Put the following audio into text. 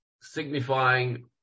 signifying